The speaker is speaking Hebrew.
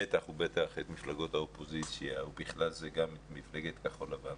בטח ובטח את מפלגות האופוזיציה ובכלל זה גם מפלגת כחול לבן